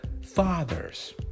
fathers